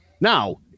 Now